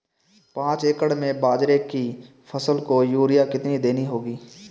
पांच एकड़ में बाजरे की फसल को यूरिया कितनी देनी होगी?